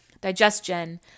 digestion